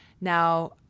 Now